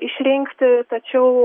išrinkti tačiau